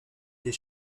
des